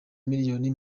miliyoni